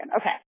okay